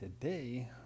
today